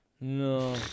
No